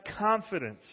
confidence